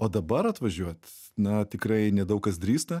o dabar atvažiuot na tikrai nedaug kas drįsta